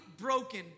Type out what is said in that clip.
broken